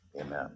Amen